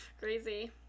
Crazy